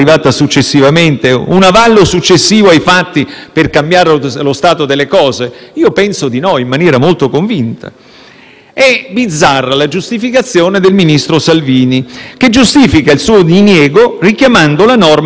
maniera molto convinta. È bizzarra la giustificazione del ministro Salvini, che giustifica il suo diniego richiamando la norma che punisce il reato di ingresso e soggiorno illegale nel territorio dello Stato. È forse questo il caso?